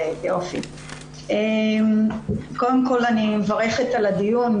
אני מברכת על הדיון.